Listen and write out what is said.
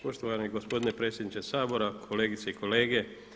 Poštovani gospodine predsjedniče Sabora, kolegice i kolege.